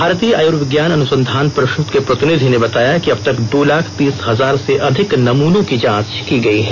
भारतीय आयुर्विज्ञान अनुसंधान परिषद के प्रतिनिधि ने बताया कि अब तक दो लाख तीस हजार से अधिक नमूनों की जांच की गई है